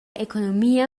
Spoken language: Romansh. economia